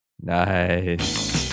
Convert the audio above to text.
nice